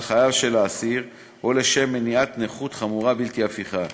חייו של האסיר או לשם מניעת נכות חמורה בלתי הפיכה.